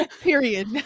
period